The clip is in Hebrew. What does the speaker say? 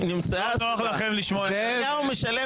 לא נוח לכם לשמוע את האמת --- נתניהו משלם